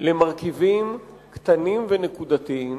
למרכיבים קטנים ונקודתיים,